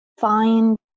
find